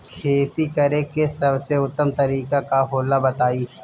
खेती करे के सबसे उत्तम तरीका का होला बताई?